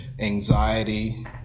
anxiety